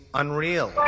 unreal